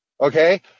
okay